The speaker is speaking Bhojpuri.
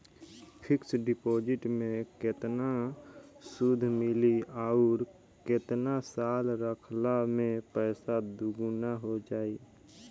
फिक्स डिपॉज़िट मे केतना सूद मिली आउर केतना साल रखला मे पैसा दोगुना हो जायी?